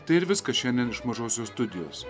tai ir viskas šiandien iš mažosios studijos